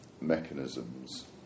mechanisms